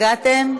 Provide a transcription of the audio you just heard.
נרגעתם?